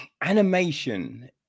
animation